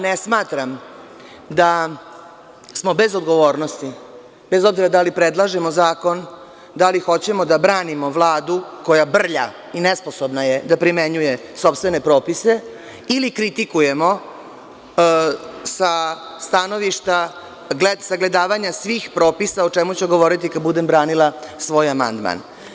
Ne smatram da smo bez odgovornosti, bez obzira da li predlažemo zakon, da li hoćemo da branimo Vladu koja brlja i nesposobna je da primenjuje sopstvene propise ili kritikujemo sa stanovišta sagledavanja svih propisa o čemu ću govoriti kad budem branila svoj amandman.